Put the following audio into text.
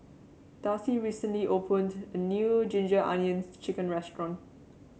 Darci recently opened a new Ginger Onions chicken restaurant